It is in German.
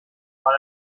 mal